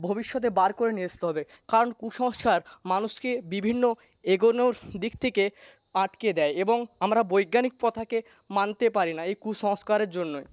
ভবিষ্যতে বার করে নিয়ে আসতে হবে কারণ কুসংস্কার মানুষকে বিভিন্ন এগোনোর দিক থেকে আটকে দেয় এবং আমরা বৈজ্ঞানিক কথাকে মানতে পারি না এই কুসংস্কারের জন্যই